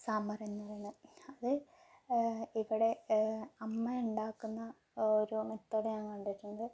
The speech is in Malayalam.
സാമ്പാർ എന്നു പറയുന്നത് അത് ഇവിടെ അമ്മയുണ്ടാകുന്ന ഓരോ മെത്തേഡ് ഞാൻ കണ്ടിട്ടുണ്ട്